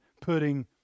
putting